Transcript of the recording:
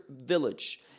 village